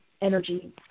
energy